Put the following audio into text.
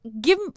give